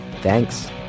Thanks